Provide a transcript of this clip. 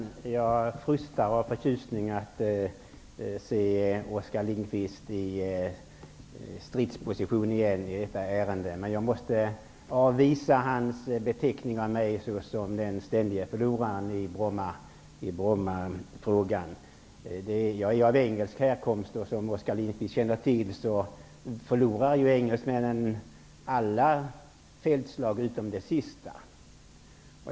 Herr talman! Jag frustar av förtjusning över att se Men jag måste avvisa hans beteckning av mig såsom den ständige förloraren i Brommafrågan. Jag är av engelsk härkomst, och som Oskar Lindkvist känner till förlorar engelsmännen ju alla fältslag utom det sista.